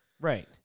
Right